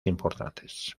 importantes